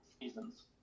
seasons